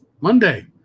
monday